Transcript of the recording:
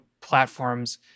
platforms